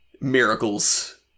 miracles